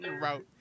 route